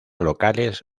locales